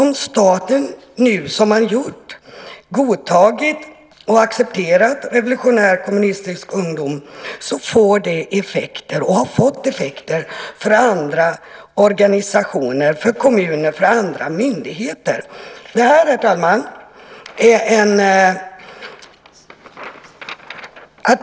Om staten, som den nu har gjort, godtar och accepterat Revolutionär Kommunistisk Ungdom får det och har fått effekter för andra organisationer, för kommuner och för myndigheter. Herr talman!